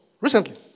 Recently